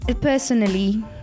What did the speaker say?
personally